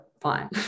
fine